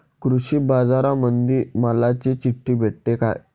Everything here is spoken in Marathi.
कृषीबाजारामंदी मालाची चिट्ठी भेटते काय?